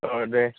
ओह दे